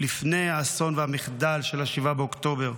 לפני האסון והמחדל של 7 באוקטובר.